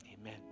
Amen